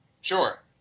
sure